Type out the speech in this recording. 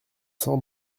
cents